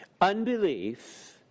Unbelief